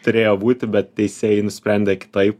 turėjo būti bet teisėjai nusprendė kitaip